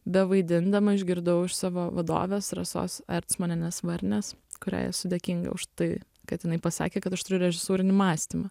bevaidindama išgirdau iš savo vadovės rasos ercmonienės varnės kuriai esu dėkinga už tai kad jinai pasakė kad aš turiu režisūrinį mąstymą